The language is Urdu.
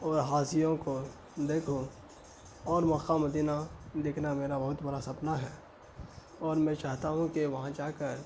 اور حاسیوں کو دیکھوں اور مقہ مدینہ دیکھنا میرا بہت برا سپنا ہے اور میں چاہتا ہوں کہ وہاں جا کر